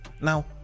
Now